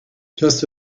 just